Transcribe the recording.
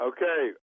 Okay